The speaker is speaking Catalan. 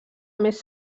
més